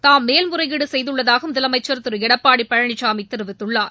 தாம் மேல்முறையீடு செய்துள்ளதாக முதலமைச்சர் திரு எடப்பாடி பழனிசாமி தெரிவித்துள்ளார்